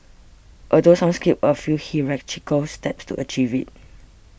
although some skipped a few hierarchical steps to achieve it